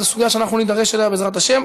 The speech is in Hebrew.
זו סוגיה שאנחנו נידרש אליה, בעזרת השם.